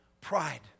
pride